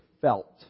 felt